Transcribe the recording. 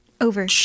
Over